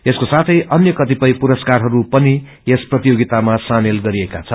यसको साथै अन्य कतिपय पुरस्कारहरू पनि यस प्रतियोगितामा सामेल गरिएका छन्